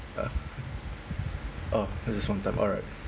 uh oh it's just one time alright